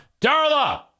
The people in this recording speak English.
Darla